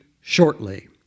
shortly